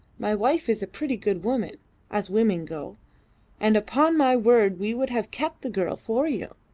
my wife is a pretty good woman as women go and upon my word we would have kept the girl for you,